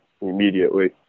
immediately